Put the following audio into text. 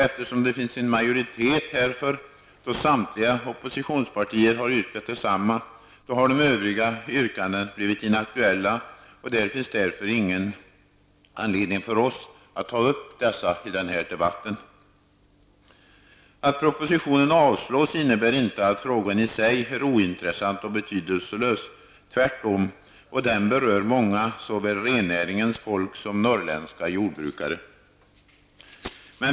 Eftersom det finns majoritet för detta förslag i och med att samtliga oppositionspartier har yrkat detsamma, har de övriga yrkandena blivit inaktuella. Det finns därför ingen anledning för oss att här ta upp dessa yrkanden till diskussion. Att propositionen avslås innebär inte att frågan i sig är ointressant och betydelselös -- tvärtom. Den berör många människor, såväl rennäringens folk som norrländska jordbrukare.